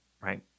right